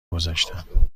گذاشتم